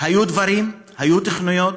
היו דברים, היו תוכניות,